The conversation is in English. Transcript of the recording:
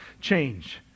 change